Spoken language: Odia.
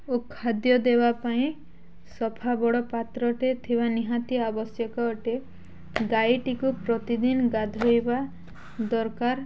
ଓ ଖାଦ୍ୟ ଦେବା ପାଇଁ ସଫା ବଡ଼ ପାତ୍ରଟେ ଥିବା ନିହାତି ଆବଶ୍ୟକ ଅଟେ ଗାଈଟିକୁ ପ୍ରତିଦିନ ଗାଧୋଇବା ଦରକାର